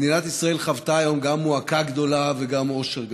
מדינת ישראל חוותה היום גם מועקה גדולה וגם אושר גדול.